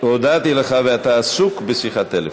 הודעתי לך, ואתה עסוק בשיחת טלפון.